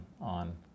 on